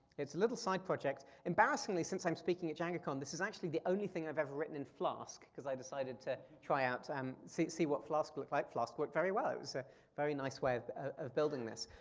it's a little side project. embarrassingly, since i'm speaking at djangocon, this is actually the only thing i've ever written in flask cause i've decided to try out, um see see what flask looked like, flask worked very well, it was a very nice way of building this.